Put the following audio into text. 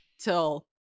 Till